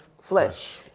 flesh